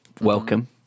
Welcome